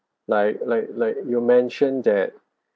like like like you mentioned that